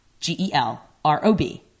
G-E-L-R-O-B